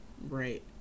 Right